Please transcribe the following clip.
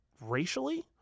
racially